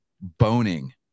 boning